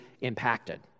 impacted